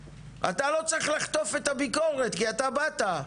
אתה לא צריך לחטוף את הביקורת, כי אתה באת.